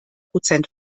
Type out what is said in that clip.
prozent